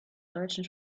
deutschen